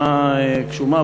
שנה גשומה,